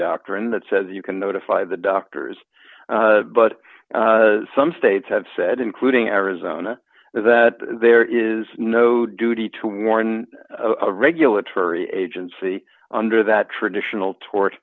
doctrine that says you can notify the doctors but some states have said including arizona that there is no duty to warn a regulatory agency under that traditional to